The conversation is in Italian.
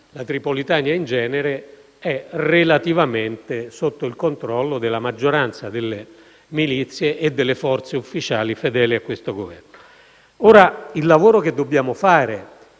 la Tripolitania in genere, è relativamente sotto il controllo della maggioranza delle milizie e delle forze ufficiali fedeli a questo Governo. Avendo verificato che